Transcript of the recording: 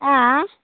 आँए